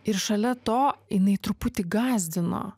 ir šalia to jinai truputį gąsdino